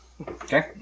Okay